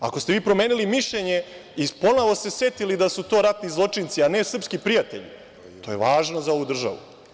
Ako ste vi promenili mišljenje i ponovo se setili da su to ratni zločinci, a ne srpski prijatelji to je važno za ovu državu.